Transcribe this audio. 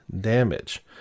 damage